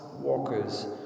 Walker's